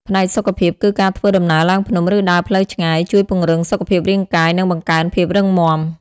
ផ្នែកសុខភាព គឺការធ្វើដំណើរឡើងភ្នំ ឬដើរផ្លូវឆ្ងាយ ជួយពង្រឹងសុខភាពរាងកាយ និងបង្កើនភាពរឹងមាំ។